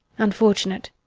unfortunate.